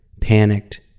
panicked